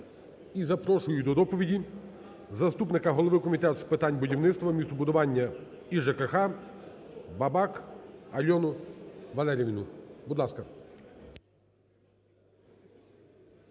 І запрошую до доповіді заступника голови Комітету з питань будівництва, містобудування і ЖКГ Бабак Альону Валеріївну. Будь ласка.